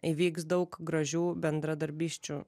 įvyks daug gražių bendradarbysčių